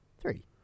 three